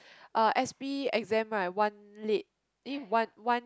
uh s_p exam right one late eh one one